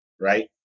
right